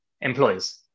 employees